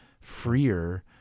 freer